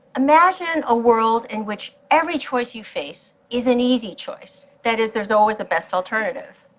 imagine a world in which every choice you face is an easy choice, that is, there's always a best alternative.